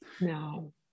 no